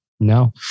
No